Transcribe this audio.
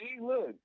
look